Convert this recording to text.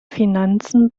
finanzen